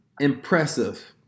impressive